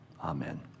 Amen